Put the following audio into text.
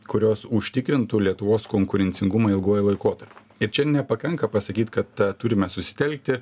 kurios užtikrintų lietuvos konkurencingumą ilguoju laikotarpiu ir čia nepakanka pasakyt kad turime susitelkti